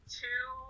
two